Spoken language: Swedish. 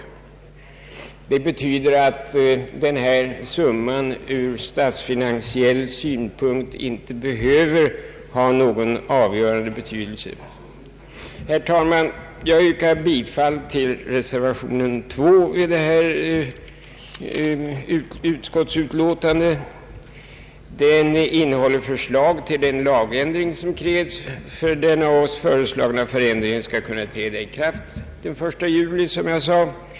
Det betyder att den här summan ur statsfinansiell synpunkt inte behöver ha någon avgörande betydelse. Herr talman! Jag yrkar bifall till reservation II i utskottsutlåtandet. Den innehåller förslag till den lagändring som krävs för att den av oss föreslagna reformen skall kunna träda i kraft den 1 juli, som jag tidigare nämnde.